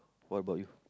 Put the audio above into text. what about you